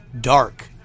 dark